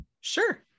Sure